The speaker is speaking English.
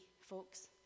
folks